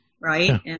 Right